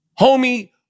homie